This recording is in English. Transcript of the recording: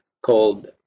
called